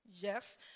Yes